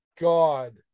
God